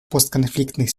постконфликтных